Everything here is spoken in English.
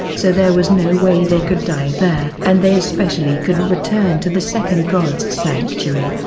so there was no way they could die there. and they especially couldn't return to the second god's sanctuary.